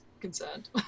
concerned